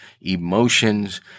emotions